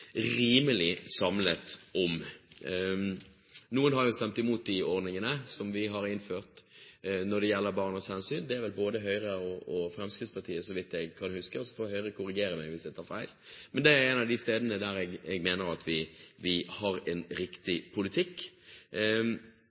rimelig samlet om. Noen har stemt mot ordningene som vi har innført når det gjelder barnas hensyn. Det er vel både Høyre og Fremskrittspartiet, så vidt jeg kan huske, så får Høyre korrigere meg hvis jeg tar feil. Det er et av de områdene der jeg mener vi har en riktig politikk.